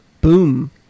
Boom